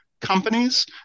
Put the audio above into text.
companies